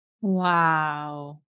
Wow